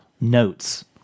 notes